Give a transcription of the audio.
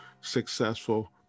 successful